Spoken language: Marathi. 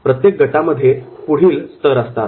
प्रत्येक गटामध्ये पुढील स्तर असतात